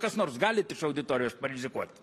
kas nors galit iš auditorijos parizikuot